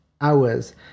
Hours